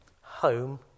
home